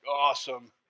awesome